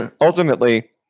ultimately